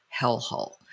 hellhole